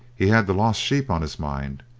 he had the lost sheep on his mind,